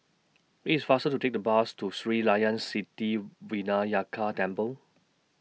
IT IS faster to Take The Bus to Sri Layan City Vinayagar Temple